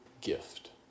gift